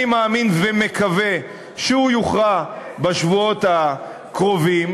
אני מאמין ומקווה שהוא יוכרע בשבועות הקרובים,